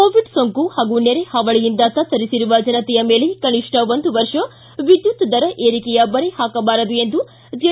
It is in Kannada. ಕೋವಿಡ್ ಸೋಂಕು ಹಾಗೂ ನೆರೆ ಹಾವಳಿಯಿಂದ ತತ್ತರಿಸಿರುವ ಜನತೆಯ ಮೇಲೆ ಕನಿಷ್ಠ ಒಂದು ವರ್ಷ ವಿದ್ಯುತ್ ದರ ಏರಿಕೆಯ ಬರೆ ಹಾಕಬಾರದು ಎಂದು ಜೆ